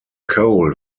coal